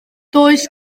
does